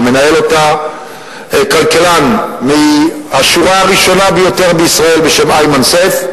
ומנהל אותה כלכלן מהשורה הראשונה ביותר בישראל בשם איימן סייף.